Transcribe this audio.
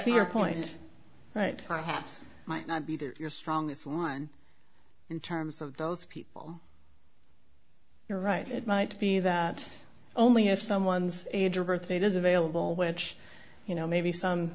see your point right my house might not be to your strongest line in terms of those people you're right it might be that only if someone's age or birthdate is available which you know maybe some